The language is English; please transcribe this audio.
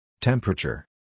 Temperature